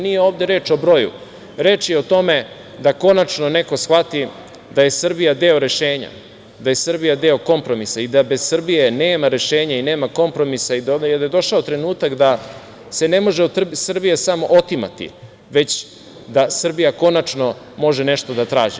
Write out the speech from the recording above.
Nije ovde reč o broju, reč je o tome da konačno neko shvati da je Srbija deo rešenja, da je Srbija deo kompromisa i da bez Srbije nema rešenja i nema kompromisa i da je došao trenutak da se ne može Srbija samo otimati, već da Srbija konačno može nešto da traži.